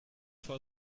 for